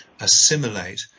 assimilate